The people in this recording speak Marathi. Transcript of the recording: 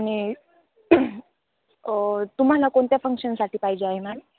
नाही तुम्हाला कोणत्या फंक्शनसाठी पाहिजे आहे मॅम